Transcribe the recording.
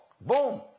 boom